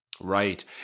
right